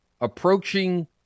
approaching